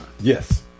Yes